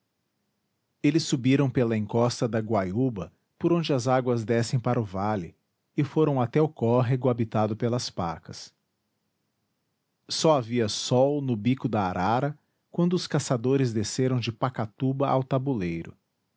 eles subiram pela encosta da guaiúba por onde as águas descem para o vale e foram até o córrego habitado pelas pacas só havia sol no bico da arara quando os caçadores desceram de pacatuba ao tabuleiro